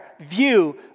view